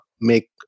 make